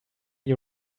you